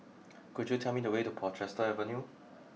could you tell me the way to Portchester Avenue